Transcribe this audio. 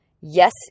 Yes